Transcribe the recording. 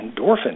endorphins